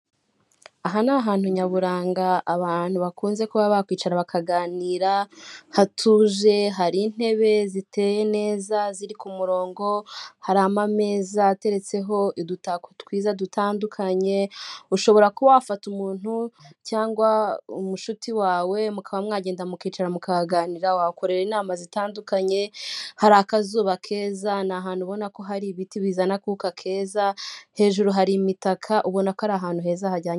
Aha ni ahantu nyaburanga abantu bakunze kuba bakwicara bakaganira, hatuje, hari intebe ziteye neza ziri ku murongo, harimo ameza ateretseho udutako twiza dutandukanye, ushobora kuba wafata umuntu cyangwa umushuti wawe mukaba mwagenda mukicara mukahaganira, wahakorera inama zitandukanye, hari akazuba keza, ni ahantu ubona ko hari ibiti bizana akuka keza, hejuru hari imitaka ubona ko ari ahantu heza hajyanye...